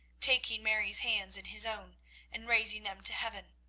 taking mary's hands in his own and raising them to heaven,